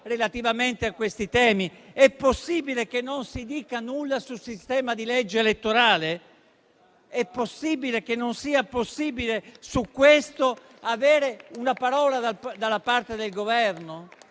relativamente a questi temi? È possibile che non si dica nulla sul sistema della legge elettorale? È possibile che su questo non si possa avere una parola da parte del Governo?